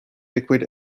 liquid